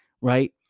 right